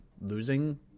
losing